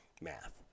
math